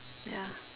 ya